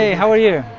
ah how are you?